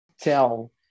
tell